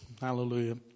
Hallelujah